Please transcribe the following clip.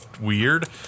weird